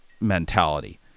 mentality